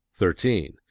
thirteen.